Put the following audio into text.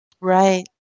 Right